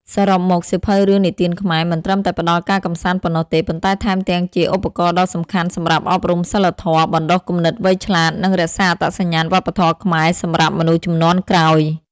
សរុបមក សៀវភៅរឿងនិទានខ្មែរ មិនត្រឹមតែផ្ដល់ការកម្សាន្តប៉ុណ្ណោះទេ ប៉ុន្តែថែមទាំងជាឧបករណ៍ដ៏សំខាន់សម្រាប់ អប់រំសីលធម៌ បណ្ដុះគំនិតវៃឆ្លាត និង រក្សាអត្តសញ្ញាណវប្បធម៌ខ្មែរ សម្រាប់មនុស្សជំនាន់ក្រោយ។